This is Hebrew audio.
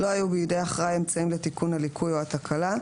לא היו בידי האחראי האמצעים לתיקון הליקוי או התקלה,